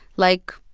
like,